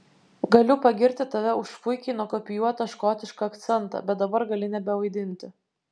galiu pagirti tave už puikiai nukopijuotą škotišką akcentą bet dabar gali nebevaidinti